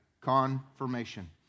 confirmation